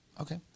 Okay